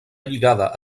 lligada